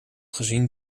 gezien